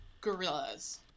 gorillas